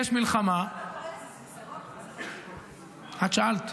יש מלחמה ------ את שאלת,